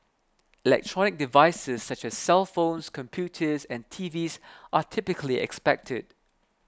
electronic devices such as cellphones computers and T Vs are typically expected